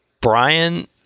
Brian